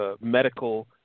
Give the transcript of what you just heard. medical